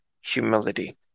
humility